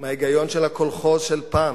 מההיגיון של הקולחוז של פעם,